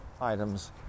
items